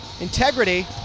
integrity